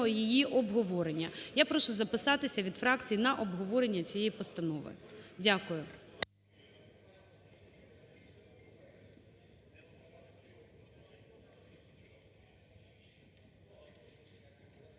її обговорення. Я прошу записатися від фракцій на обговорення цієї постанови. Дякую.